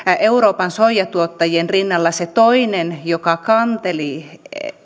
euroopan soijatuottajien rinnalla se toinen joka kanteli